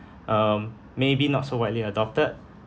um maybe not so widely adopted